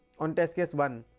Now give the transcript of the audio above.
on test case one